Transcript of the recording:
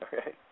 Okay